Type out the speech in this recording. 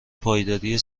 پایداری